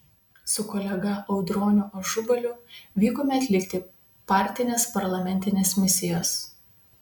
su kolega audroniu ažubaliu vykome atlikti partinės parlamentinės misijos